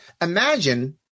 Imagine